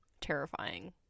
terrifying